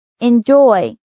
Enjoy